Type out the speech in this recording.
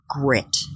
grit